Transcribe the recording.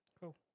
Cool